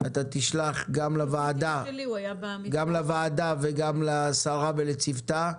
תשלח גם לוועדה וגם לשרה ולצוותה.